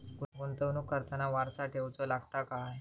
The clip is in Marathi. गुंतवणूक करताना वारसा ठेवचो लागता काय?